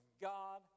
God